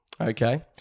okay